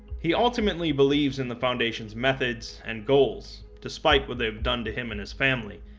he ultimately believes in the foundation's methods and goals, despite what they have done to him and his family,